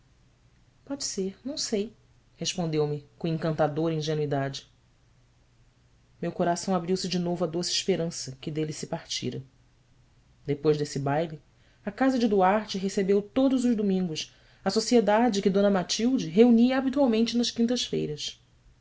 pode ser não sei respondeu-me com encantadora ingenuidade meu coração abriu-se de novo à doce esperança que dele se partira depois desse baile a casa de duarte recebeu todos os domingos a sociedade que d matilde reunia habitualmente nas quintas-feiras